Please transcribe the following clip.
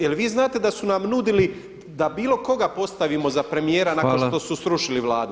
Jel vi znate da su nam nudili da bilo koga postavimo za premijera nakon što su srušili Vladu.